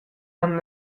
han